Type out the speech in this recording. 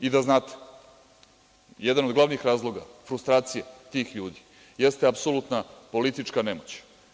I da znate, jedan od glavnih razloga frustracije tih ljudi jeste apsolutna politička nemoć.